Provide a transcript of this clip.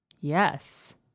Yes